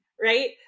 Right